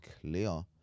clear